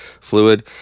fluid